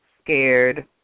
scared